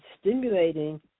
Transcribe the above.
stimulating